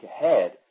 ahead